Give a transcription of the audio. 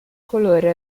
colore